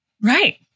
Right